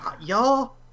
y'all